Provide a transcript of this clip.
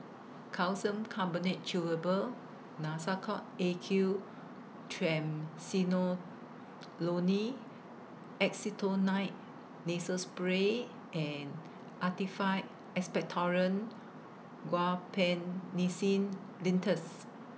Calcium Carbonate Chewable Nasacort A Q Triamcinolone Acetonide Nasal Spray and Actified Expectorant Guaiphenesin Linctus